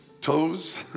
toes